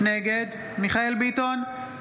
נגד מיכאל מרדכי ביטון,